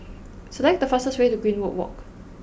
select the fastest way to Greenwood Walk